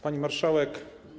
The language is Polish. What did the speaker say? Pani Marszałek!